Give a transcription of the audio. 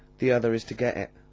the other is to get it